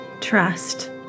trust